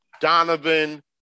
Donovan